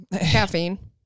Caffeine